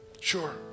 Sure